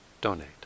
donate